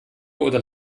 oder